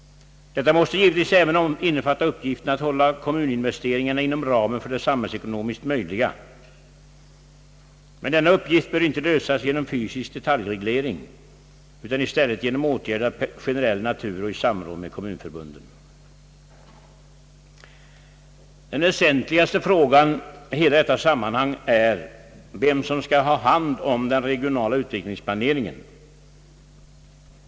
Detta måste givetvis även innefatta uppgiften att hålla kommuninvesteringarna inom ramen för det samhällsekonomiskt möjliga. Men denna uppgift bör inte lösas genom fysisk detaljreglering, utan i stället genom åtgärder av generell natur och i samråd med kommunförbunden. Den väsentligaste frågan i hela detta sammanhang är vem som skall ha hand om den regionala utvecklingsplaneringen.